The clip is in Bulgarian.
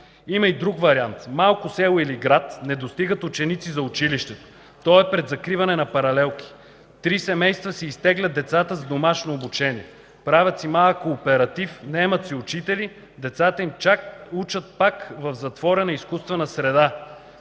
Има и друг вариант. В малко село или град не достигат ученици за училището. То е пред закриване на паралелки. Три семейства си изтеглят децата за домашно обучение. Правят си малък кооператив, наемат си учители и децата им учат пак в затворена изкуствена среда.